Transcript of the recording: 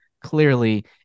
Clearly